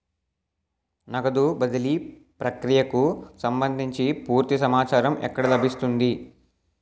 నగదు బదిలీ ప్రక్రియకు సంభందించి పూర్తి సమాచారం ఎక్కడ లభిస్తుంది?